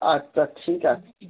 আচ্ছা ঠিক আছে